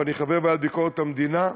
ואני חבר בוועדה לביקורת המדינה,